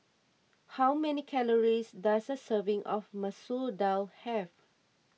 how many calories does a serving of Masoor Dal have